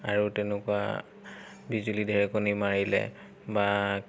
আৰু তেনেকুৱা বিজুলী ঢেৰেকনি মাৰিলে বা